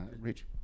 Rich